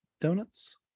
donuts